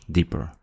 Deeper